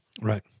Right